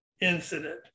incident